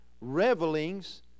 revelings